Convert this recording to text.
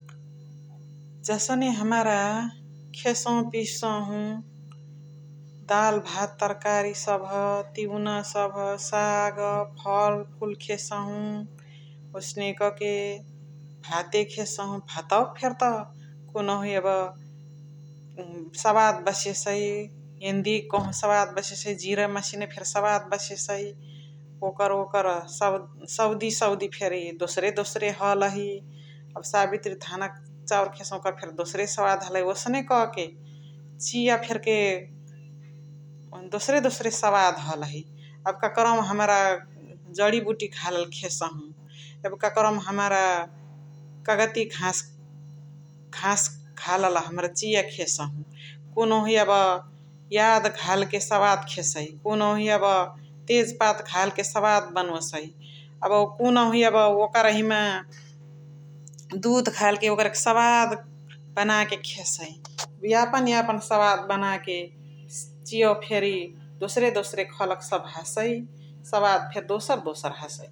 जसने हमरा खेसहु पिसहु दाल भात तरकारी सभ तिउना सभ साग फल्फुल खेसहु ओसने क के भाते खेसहु भातवा फेर्त कुनुहु यब सवाद बसेसइ । एन्दिक कहु सवाद बसे सइ जिरामसिआ फेर्क सवाद बसे सइ ओकर ओकर साउदी साउदी फेरी दोसरे दोसरे हलही । अब साबित्री घान क चाउरु खेसहु ओकर फेर दोसरे सवाद हलही ओसने क के चियाअ फेर्के दोसरे दोसरे सवाद हलही अब काकारहु मा हमरा जरिबुटी घालल खेसहु अब काकारहु मा हमरा कागती घास घास हलल चियाअ खेसहु । कुनुहु यब याद घाल्के सवाद खेसइ कुनुहु अब तेज पाता घल्के सवाद बनोसइ अब कुनुहु ओकरही दुध घल्के सवाद बनाके खेसइ । यापन यापन सवाद बनाके चियावा फेरी दोसरे दोसरे खलक सभ हसइ सवाद फेर दोसरे दोसरे हसइ ।